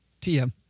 TM